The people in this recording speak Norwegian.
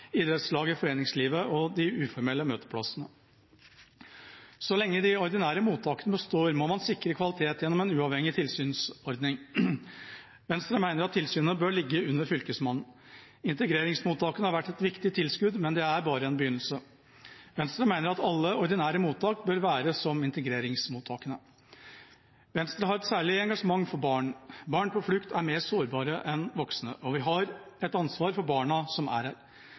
idrettslaget, foreningslivet og de uformelle møteplassene. Så lenge de ordinære mottakene består, må man sikre kvalitet gjennom en uavhengig tilsynsordning. Venstre mener at tilsynet bør ligge under Fylkesmannen. Integreringsmottakene har vært et viktig tilskudd, men de er bare en begynnelse. Venstre mener at alle ordinære mottak bør være som integreringsmottakene. Venstre har et særlig engasjement for barn. Barn på flukt er mer sårbare enn voksne, og vi har et ansvar for barna som er